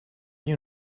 you